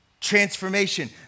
transformation